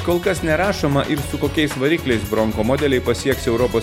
kol kas nerašoma ir su kokiais varikliais bronko modeliai pasieks europos